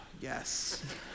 Yes